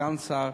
כסגן שר,